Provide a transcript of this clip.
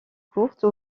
courte